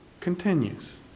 continues